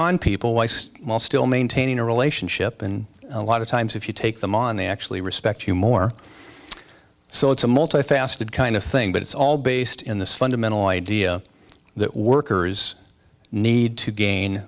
on people weist while still maintaining a relationship and a lot of times if you take them on they actually respect you more so it's a multifaceted kind of thing but it's all based in this fundamental idea that workers need to gain